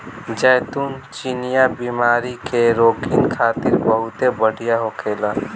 जैतून चिनिया बीमारी के रोगीन खातिर बहुते बढ़िया होखेला